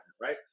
right